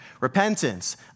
Repentance